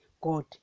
God